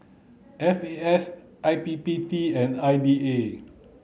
F A S I P P T and I D A